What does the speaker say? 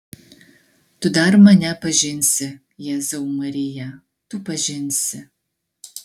tu dar mane pažinsi jėzau marija tu pažinsi